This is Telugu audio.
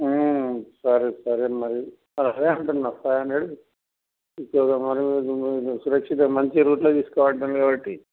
సరే సరే మరి అదే అంటున్న ఫైవ్ హండెర్డ్కి తీసుకోపోతాం మరి మీరు మంచి సురక్షిత మంచి రూట్లో తీసుకుపోతాను కాబట్టి